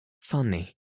funny